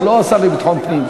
ולא השר לביטחון פנים.